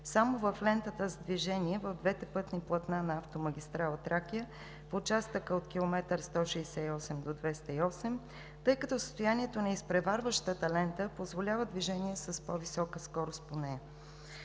само в лентата за движение в двете пътни платна на автомагистрала „Тракия“ по участъка от км 168 до км 208, тъй като състоянието на изпреварващата лента позволява движение с по-висока скорост по нея.